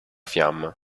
fiamma